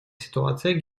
ситуация